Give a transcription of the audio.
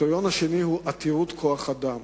הקריטריון השני הוא עתירות כוח-אדם.